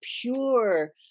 pure